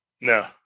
No